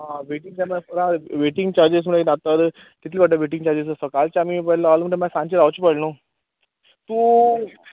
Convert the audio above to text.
आं वेटींग चान आस ला वेटींग चाजीस म्हळ्या किदें आत तर कितले पडटा वेटींग चाजीस सोकाळचे आमी बल्हे ऑल म्हणट मागीर साचें रावचे पडले न्हय तूं